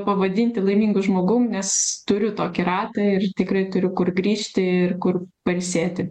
pavadinti laimingu žmogum nes turiu tokį ratą ir tikrai turiu kur grįžti ir kur pailsėti